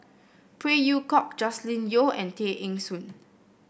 Phey Yew Kok Joscelin Yeo and Tay Eng Soon